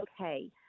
okay